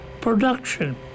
production